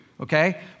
okay